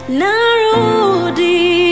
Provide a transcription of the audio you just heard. Narudi